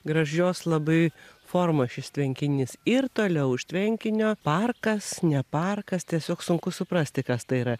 gražios labai formos šis tvenkinys ir toliau už tvenkinio parkas ne parkas tiesiog sunku suprasti kas tai yra